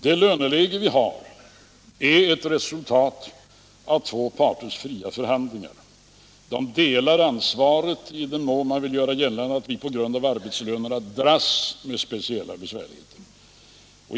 Det löneläge vi har är ett resultat av två parters fria förhandlingar. De delar ansvaret, i den mån man vill göra gällande att vi dras med speciella besvärligheter på grund av arbetslönerna.